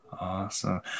awesome